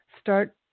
start